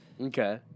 Okay